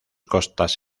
costas